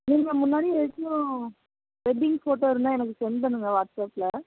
நீங்கள் முன்னாடி எதுவும் வெட்டிங் ஃபோட்டோ இருந்தால் எனக்கு செண்ட் பண்ணுங்க வாட்ஸப்பில்